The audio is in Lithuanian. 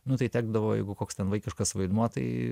nu tai tekdavo jeigu koks ten vaikiškas vaidmuo tai